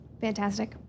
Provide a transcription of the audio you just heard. Fantastic